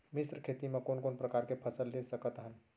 मिश्र खेती मा कोन कोन प्रकार के फसल ले सकत हन?